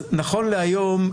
נכון להיום,